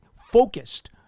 focused